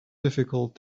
difficult